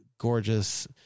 Gorgeous